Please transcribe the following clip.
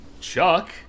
Chuck